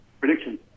Prediction